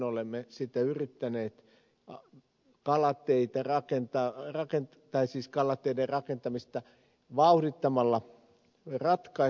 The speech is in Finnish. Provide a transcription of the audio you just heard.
olemme yrittäneet olla ala teitä rakentaa ainakin tai siis kalateiden rakentamista vauhdittamalla sitä ratkaista